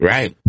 Right